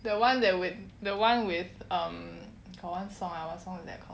the one that with the one with um got one song ah what's that song called